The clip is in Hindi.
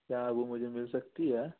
क्या वो मुझे मिल सकती है